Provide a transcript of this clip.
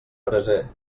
braser